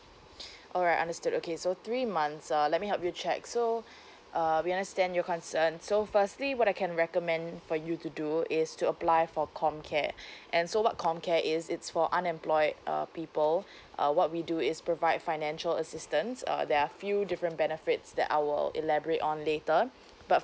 alright understood okay so three months uh let me help you check so uh we understand your concern so firstly what I can recommend for you to do is to apply for com care and so what com care is it's for unemployed uh people uh what we do is provide financial assistance uh there are few different benefits that I will elaborate on later but